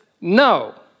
no